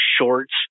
shorts